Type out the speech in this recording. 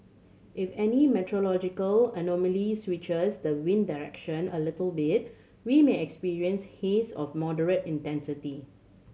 if any meteorological anomaly switches the wind direction a little bit we may experience haze of moderate intensity